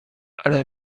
ale